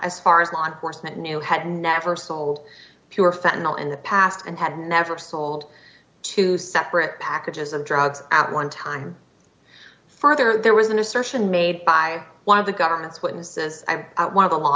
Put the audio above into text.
as far as law enforcement knew had never sold purif and all in the past and had never sold two separate packages of drugs at one time further there was an assertion made by one of the government's witnesses i'm one of the law